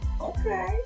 okay